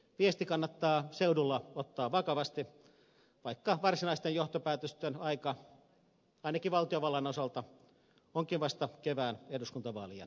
viesti kannattaa seudulla ottaa vakavasti vaikka varsinaisten johtopäätösten aika ainakin valtiovallan osalta onkin vasta kevään eduskuntavaalien jälkeen